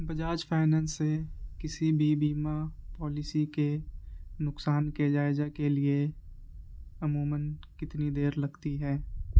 Bajaj finance سے کسی بھی بیما پالیسی کے نقصان کے جائزہ کے لیے عموماً کتنی دیر لگتی ہے